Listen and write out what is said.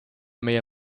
meie